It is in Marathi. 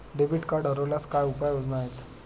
डेबिट कार्ड हरवल्यास काय उपाय योजना आहेत?